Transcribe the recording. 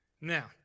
Now